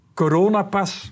coronapas